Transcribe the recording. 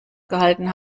gehalten